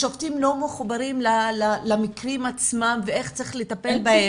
השופטים לא מחוברים למקרים עצמם ואיך צריך לטפל בהם.